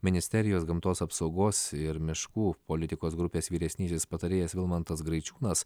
ministerijos gamtos apsaugos ir miškų politikos grupės vyresnysis patarėjas vilmantas graičiūnas